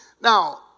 Now